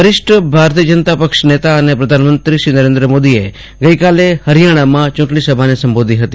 વરિષ્ઠ ભાજપ નેતા અને પ્રધાનમંત્રી શ્રી નરેન્દ્ર મોદીએ ગઈકાલે હરિયાણામાં ચૂંટણી સભાને સંબોધી હતી